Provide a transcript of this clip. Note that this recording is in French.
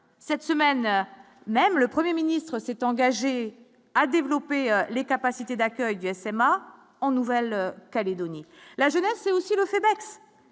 cette semaine, même le 1er ministre s'est engagé à développer les capacités d'accueil du SMA en Nouvelle Calédonie, la jeunesse, c'est aussi le fait,